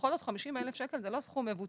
בכל זאת 50,000 שקל זה לא סכום מבוטל.